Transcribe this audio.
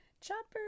Chopper